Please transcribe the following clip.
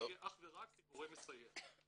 זה יהיה אך ורק כגורם מסייע.